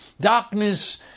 Darkness